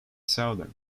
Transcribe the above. southern